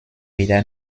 wieder